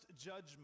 judgment